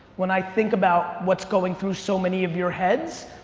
when i think about what's going through so many of your heads,